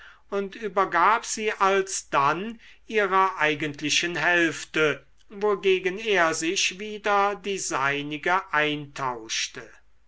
und übergab sie alsdann ihrer eigentlichen hälfte wogegen er sich wieder die seinige eintauschte